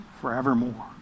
forevermore